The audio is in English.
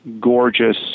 gorgeous